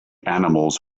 animals